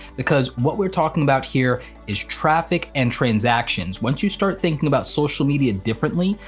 because what we're talking about here is traffic and transactions, once you start thinking about social media differently,